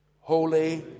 Holy